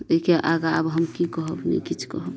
एहिके आगाँ हम की कहब नहि किछ कहब